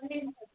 ह